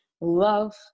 Love